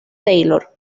taylor